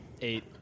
Eight